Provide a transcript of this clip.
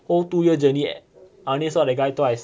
whole two year journey I only saw that guy twice